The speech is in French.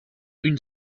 une